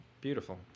beautiful